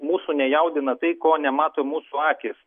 mūsų nejaudina bei ko nemato mūsų akys